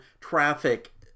traffic